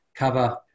cover